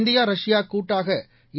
India Russia கூட்டாக ஏ